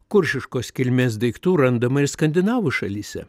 kuršiškos kilmės daiktų randama ir skandinavų šalyse